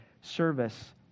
service